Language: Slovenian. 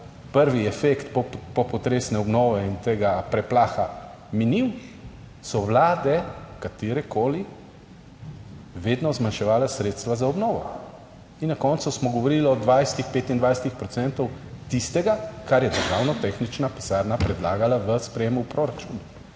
prvi efekt popotresne obnove in tega preplaha minil, so vlade, katerekoli, vedno zmanjševale sredstva za obnovo. In na koncu smo govorili o 20, 25 procentov tistega, kar je državna tehnična pisarna predlagala v sprejemu proračuna.